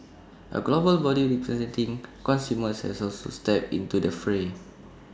A global body representing consumers has also stepped into the fray